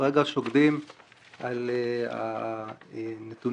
שוקדים כרגע על הנתונים.